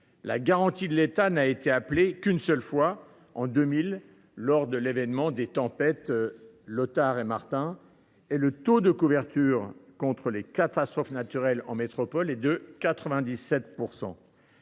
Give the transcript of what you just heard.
La garantie de l’État n’a été appelée qu’une seule fois, en 2000, à la suite des tempêtes Lothar et Martin, et le taux de couverture contre les catastrophes naturelles en métropole est de 97 %.